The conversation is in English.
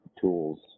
tools